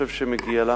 מגיע לה.